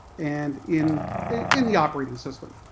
and in in the operating system.